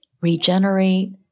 regenerate